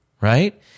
right